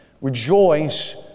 Rejoice